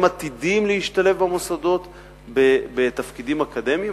הם עתידים להשתלב במוסדות בתפקידים אקדמיים,